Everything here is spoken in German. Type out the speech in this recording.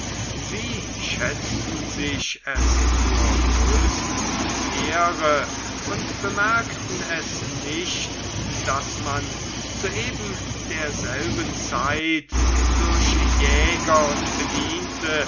sie schätzten sich es zur größten ehre und bemerkten es nicht daß man zu ebenderselben zeit durch jäger und bediente